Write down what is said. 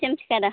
ᱪᱮᱫ ᱮᱢ ᱪᱤᱠᱟᱹᱭᱮᱫᱟ